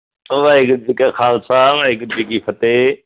ਵਾਹਿਗੁਰੂ ਜੀ ਕਾ ਖਾਲਸਾ ਵਾਹਿਗੁਰੂ ਜੀ ਕੀ ਫਤਿਹ